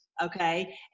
Okay